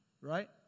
right